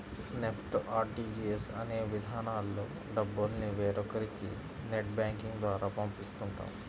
NEFT, RTGS అనే విధానాల్లో డబ్బుల్ని వేరొకరికి నెట్ బ్యాంకింగ్ ద్వారా పంపిస్తుంటాం